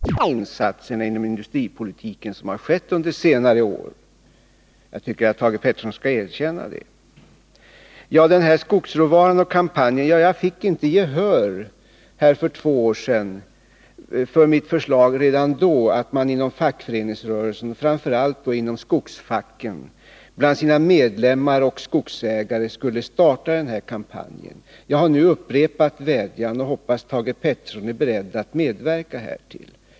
Herr talman! Jag tror att man utan överdrift kan påstå att socialdemokratin och centern förenar sig i synen på sysselsättningen. Annars hade det aldrig varit fråga om de massiva insatser inom industripolitiken som skett under senare år. Jag tycker Thage Peterson skall erkänna det. Beträffande skogsråvaran och kampanjen vill jag säga: Jag fick inte gehör för två år sedan för mitt förslag redan då att man inom fackföreningsrörelsen, framför allt skogsfacken, bland sina medlemmar och skogsägare skulle starta en sådan kampanj. Jag har nu upprepat denna vädjan och hoppas att Thage Peterson är beredd att medverka i detta sammanhang.